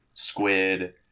squid